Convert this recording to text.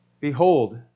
Behold